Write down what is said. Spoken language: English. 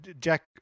Jack